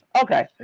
Okay